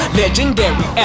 legendary